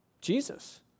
Jesus